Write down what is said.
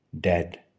dead